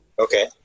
okay